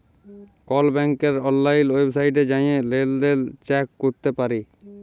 call ব্যাংকের অললাইল ওয়েবসাইটে জাঁয়ে লেলদেল চ্যাক ক্যরতে পারি